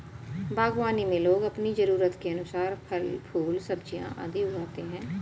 बागवानी में लोग अपनी जरूरत के अनुसार फल, फूल, सब्जियां आदि उगाते हैं